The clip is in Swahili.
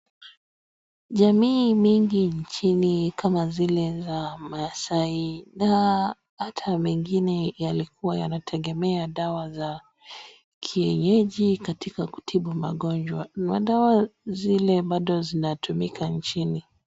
Jamii mingi nchini kama zile za maasai na hata mengine yalikuwa yanategemea dawa za kienyeji katika kutibu magonjwa, madawa zile bado zinatumika nchini.